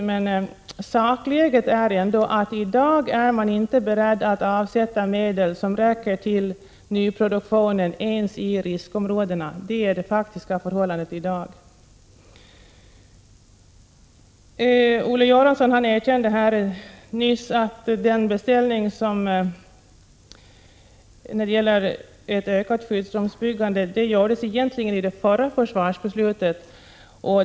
Men sakläget i dag är ändå att man inte är beredd att avsätta medel till byggande av skyddsrum ens i riskområdena. Olle Göransson erkände nyss att beställningen av ökat skyddsrumsbyggande egentligen gjordes vid förra försvarsbeslutet.